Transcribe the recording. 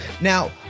Now